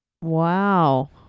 Wow